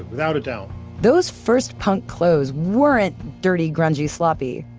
without a doubt those first punk clothes weren't dirty, grungy, sloppy,